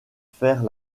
faire